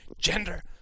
gender